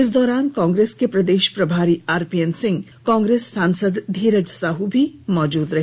इस दौरान कांग्रेस के प्रदेश प्रभारी आरपीएन सिंह कांग्रेस सांसद धीरज साहू भी मौजूद रहे